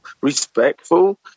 respectful